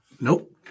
Nope